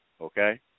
Okay